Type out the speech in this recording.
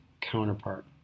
counterpart